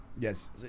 Yes